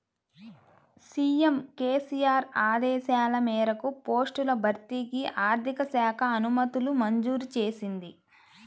CM KCR ఆదేశాల మేరకు పోస్టుల భర్తీకి ఆర్థిక శాఖ అనుమతులు మంజూరు చేసింది